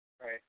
Right